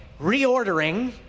reordering